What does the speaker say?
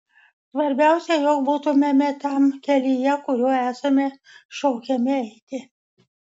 svarbiausia jog būtumėme tam kelyje kuriuo esame šaukiami eiti